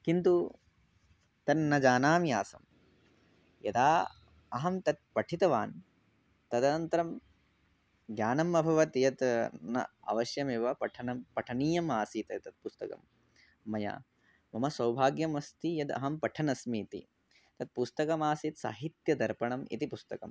किन्तु तन्नजानामि आसं यदा अहं तत् पठितवान् तदनन्तरं ज्ञानम् अभवत् यत् न अवश्यमेव पठनं पठनीयम् आसीत् एतत् पुस्तकं मया मम सौभाग्यमस्ति यद् अहं पठनस्मि इति तत् पुस्तकमासीत् साहित्यदर्पणम् इति पुस्तकम्